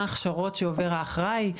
מה ההכשרות שעובר האחראי,